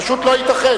פשוט לא ייתכן.